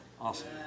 awesome